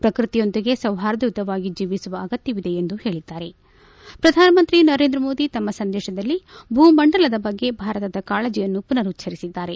ಪ್ರಕ್ಕತಿಯೊಂದಿಗೆ ಸೌಹಾರ್ದಯುತವಾಗಿ ಜೀವಿಸುವ ಆಗತ್ಯವಿದೆ ಎಂದು ಹೇಳದ್ದಾರೆಪ್ರಧಾನಮಂತ್ರಿ ನರೇಂದ್ರ ಮೋದಿ ತಮ್ನ ಸಂದೇಶದಲ್ಲಿ ಭೂಮಂಡಲದ ಬಗ್ಗೆ ಭಾರತದ ಕಾಳಜಿಯನ್ನು ಮನರುಚ್ಚರಿಸಿದ್ದಾರೆ